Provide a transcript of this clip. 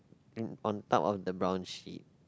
in on top of the brown sheet